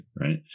Right